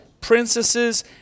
princesses